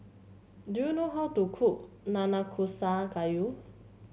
do you know how to cook Nanakusa Gayu